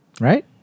Right